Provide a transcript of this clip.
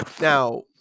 Now